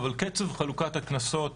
אבל קצב חלוקת הקנסות